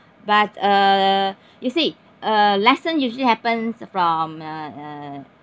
but uh you see uh lesson usually happens from uh uh